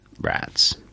rats